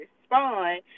respond